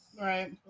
Right